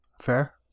Fair